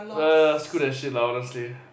err screw that shit lah honestly